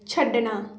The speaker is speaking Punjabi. ਛੱਡਣਾ